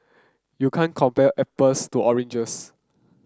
you can't compare apples to oranges